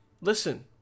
listen